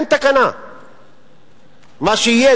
מה שיהיה,